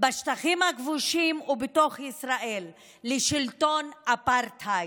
בשטחים הכבושים ובתוך ישראל לשלטון אפרטהייד,